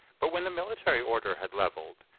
but when the military order had levelled,